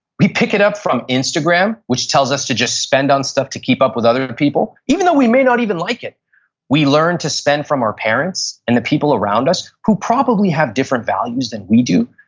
we pick it up from instagram which tells us to just spend on stuff to keep up with other people. even though we may not even like it we learn to spend from our parents and the people around us who probably have different values than we do.